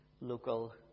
local